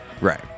Right